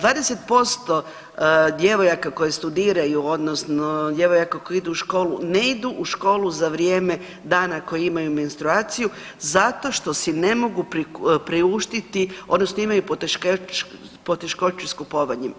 20% djevojaka koje studiraju odnosno djevojaka koje idu u školu ne idu u školu za vrijeme dana koji imaju menstruaciju zato što si ne mogu priuštiti odnosno imaju poteškoću s kupovanjem.